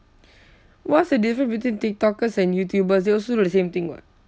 what's the difference between tiktokers and youtubers they also do the same thing [what]